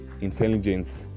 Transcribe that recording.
intelligence